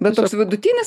bet toks vidutinis